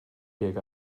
tuag